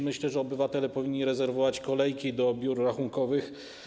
Myślę, że obywatele już dziś powinni rezerwować kolejki do biur rachunkowych.